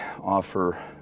offer